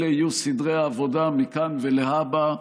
אלה יהיו סדרי העבודה מכאן ולהבא,